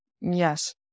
Yes